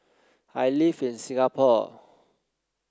I live in Singapore